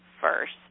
first